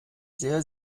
sehr